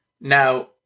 Now